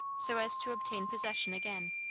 so as to obtain possession again.